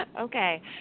Okay